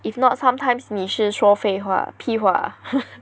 if not sometimes 你是说说废话屁话